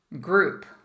group